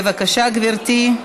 בבקשה, גברתי.